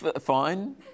Fine